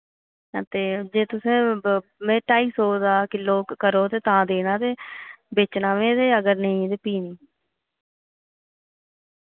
हां ते जे तुसें ब में ढाई सौ दा किल्लो करो ते तां देना ते बेचना में ते अगर नेईं ते भी निं